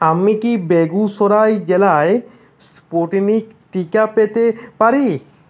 আমি কি বেগুসরাই জেলায় স্পুটনিক টিকা পেতে পারি